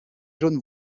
jaunes